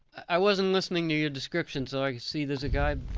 i wasn't listening to your description, so i see there's a guy.